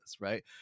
right